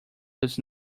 does